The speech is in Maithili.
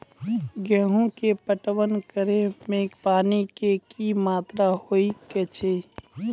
गेहूँ के पटवन करै मे पानी के कि मात्रा होय केचाही?